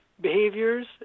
behaviors